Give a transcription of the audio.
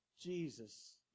Jesus